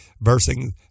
Versing